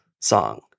song